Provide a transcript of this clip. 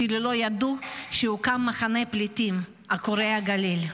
אפילו לא ידעו שהוקם מחנה פליטים לעקורי הגליל.